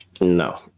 No